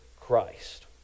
Christ